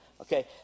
Okay